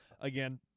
Again